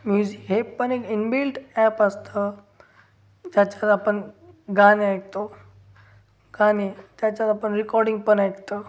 music हे पण एक इनबिल्ट ॲप असतं ज्याच्यात आपण गाणे ऐकतो गाणे त्याच्यात आपण रिकॉर्डिंग पण ऐकतं